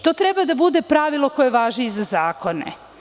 To treba da bude pravilo koje važi i za zakone.